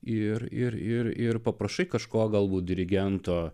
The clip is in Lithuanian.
ir ir ir paprašai kažko galbūt dirigento